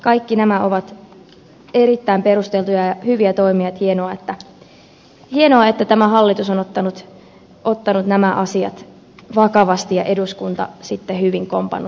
kaikki nämä ovat erittäin perusteltuja ja hyviä toimia ja on hienoa että tämä hallitus on ottanut nämä asiat vakavasti ja eduskunta sitten hyvin kompannut perässä